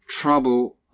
trouble